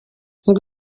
ngo